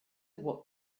what